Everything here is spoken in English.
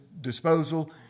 disposal